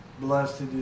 Blessed